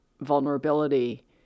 vulnerability